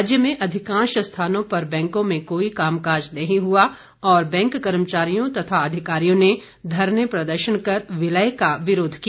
राज्य में अधिकांश स्थानों पर बैंकों में कोई कामकाज नहीं हआ और बैंक कर्मचारियों तथा अधिकारियों ने धरने प्रदर्शन कर विलय का विरोध किया